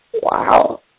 Wow